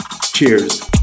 cheers